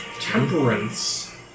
Temperance